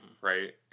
Right